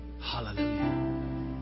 Hallelujah